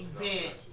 event